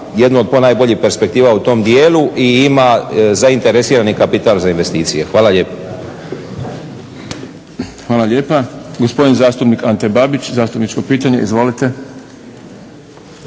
jednu od ponajboljih perspektiva u tom dijelu i ima zainteresiranih kapital za investicije. Hvala lijepa. **Šprem, Boris (SDP)** Hvala lijepa. Gospodin zastupnik Ante Babić, zastupničko pitanje. Izvolite.